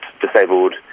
disabled